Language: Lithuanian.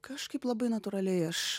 kažkaip labai natūraliai aš